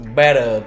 better